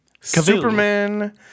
Superman